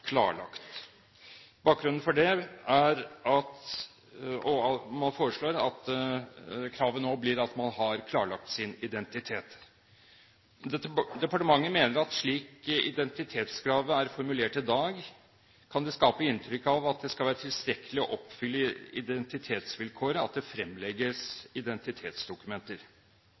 klarlagt» med identiteten må være «klarlagt». Man foreslår altså at kravet nå blir at man har klarlagt sin identitet. Departementet mener at slik identitetskravet er formulert i dag, kan det skape inntrykk av at det for å oppfylle identitetsvilkåret skal være tilstrekkelig at det fremlegges